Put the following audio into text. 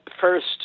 first